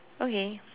okay